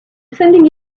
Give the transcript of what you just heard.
sending